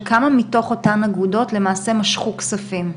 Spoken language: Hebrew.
וכמה מתוך אותן אגודות למעשה משכו כספים,